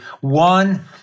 one